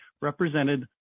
represented